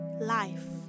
Life